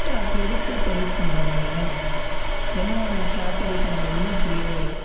sir அப்பறம் எதுக்கு sir service பண்றீங்க நீங்கள் என்ன கேப் சர்வீஸ் எனக்கு ஒன்றுமே புரியவே இல்லை